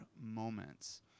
moments